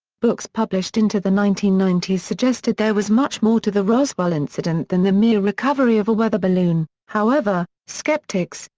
books published into the nineteen ninety s suggested there was much more to the roswell incident than the mere recovery of a weather balloon, however, skeptics,